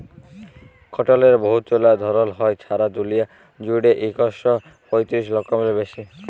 কটলের বহুতলা ধরল হ্যয়, ছারা দুলিয়া জুইড়ে ইক শ পঁয়তিরিশ রকমেরও বেশি